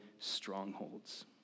Strongholds